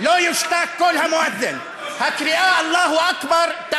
עם חברי